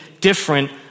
different